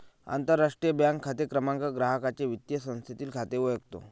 आंतरराष्ट्रीय बँक खाते क्रमांक ग्राहकाचे वित्तीय संस्थेतील खाते ओळखतो